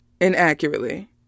inaccurately